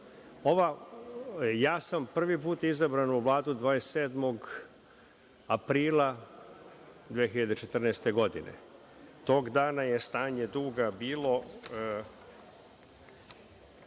duga, ja sam prvi put izabran u Vladu 27. aprila 2014. godine i tog dana je stanje duga bilo